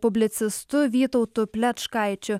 publicistu vytautu plečkaičiu